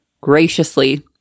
graciously